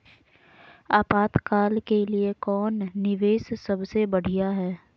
आपातकाल के लिए कौन निवेस सबसे बढ़िया है?